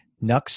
NUX